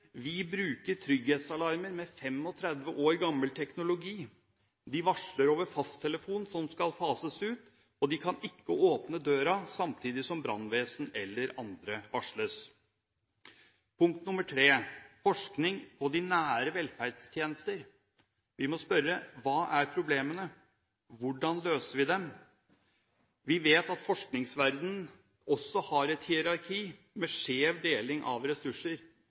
Vi bruker trygghetsalarmer med 35 år gammel teknologi. De varsler over fasttelefonen som skal fases ut, og de kan ikke åpne døren samtidig som brannvesen eller andre varsles. Punkt tre: Forskning på de nære velferdstjenester. Vi må spørre: Hva er problemene? Hvordan løser vi dem? Vi vet at forskningsverdenen også har et hierarki med skjev deling av ressurser.